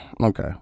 Okay